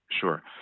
Sure